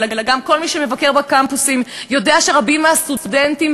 אלא גם כל מי שמבקר בקמפוסים יודע שרבים מהסטודנטים